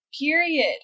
Period